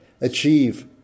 achieve